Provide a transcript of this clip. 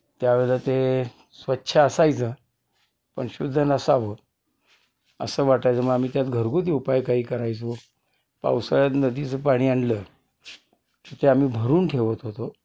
त्यावेळेला ते स्वच्छ असायचं पण शुद्ध नसावं असं वाटायचं मग आम्ही त्यात घरगुती उपाय काही करायचो पावसाळ्यात नदीचं पाणी आणलं तर ते आम्ही भरून ठेवत होतो